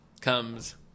Comes